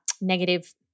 Negative